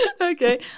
Okay